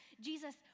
Jesus